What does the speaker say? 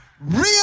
Real